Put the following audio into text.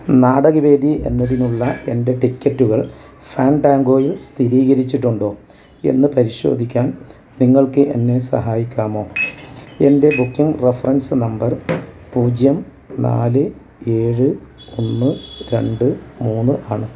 നാടകവേദി എന്നതിനുള്ള എൻറ്റെ ടിക്കറ്റുകൾ ഫാൻട്ടാങ്കോയിൽ സ്ഥിരീകരിച്ചിട്ടുണ്ടോ എന്ന് പരിശോധിക്കാൻ നിങ്ങൾക്ക് എന്നെ സഹായിക്കാമോ എൻറ്റെ ബുക്കിങ് റഫ്രൻസ്സ് നമ്പർ പൂജ്യം നാല് ഏഴ് ഒന്ന് രണ്ട് മൂന്ന് ആണ്